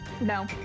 No